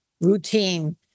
routine